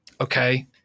okay